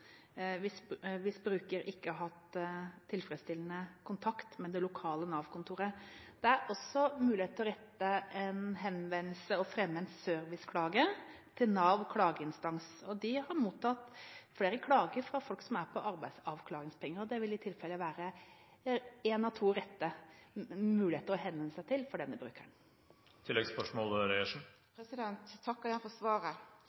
hvis bruker ikke har hatt tilfredsstillende kontakt med det lokale Nav-kontoret. Det er også mulig å rette en henvendelse og fremme en serviceklage til Nav Klageinstans. De har mottatt flere klager fra folk som er på arbeidsavklaringspenger. Det vil i tilfelle være en av to rette instanser å henvende seg til for denne brukeren. Eg takkar igjen for svaret.